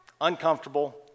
uncomfortable